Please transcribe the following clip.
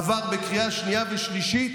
עבר בקריאה שנייה ושלישית